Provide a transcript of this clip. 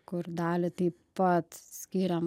kur dalį taip pat skyrėm